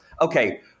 okay